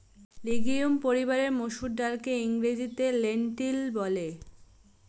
legume পরিবারের মসুর ডালকে ইংরেজিতে লেন্টিল বলে